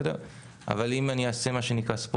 אבל אם אני אעשה "ספוילר"